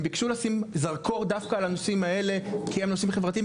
הם ביקשו לשים זרקור דווקא על הנושאים האלה כי הם נושאים חברתיים,